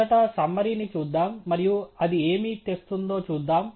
మొదట సుమ్మరిని చూద్దాం మరియు అది ఏమి తెస్తుందో చూద్దాం